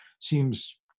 seems